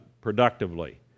productively